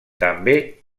també